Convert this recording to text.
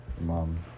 mom